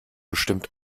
bestimmt